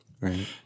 Right